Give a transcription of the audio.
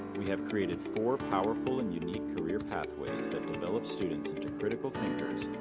we have created four powerful and unique career pathways that develop students into critical thinkers,